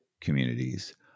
communities